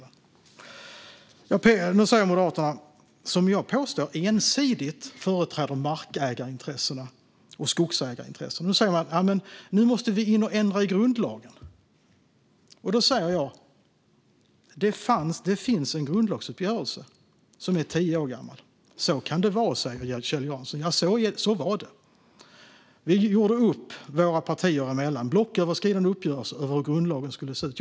Nu säger Moderaterna, som jag påstår ensidigt företräder mark och skogsägarintressena, att nu måste vi in och ändra i grundlagen. Då säger jag att det finns en grundlagsuppgörelse som är tio år gammal. Så kan det vara, säger Kjell Jansson. Ja, så var det. Vi gjorde upp, våra partier emellan, i en blocköverskridande uppgörelse om hur grundlagen skulle se ut.